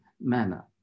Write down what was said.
manner